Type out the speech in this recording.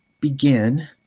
begin